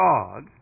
God